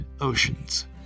oceans